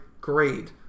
grade